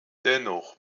dennoch